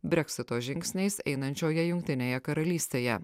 breksito žingsniais einančioje jungtinėje karalystėje